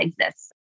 exists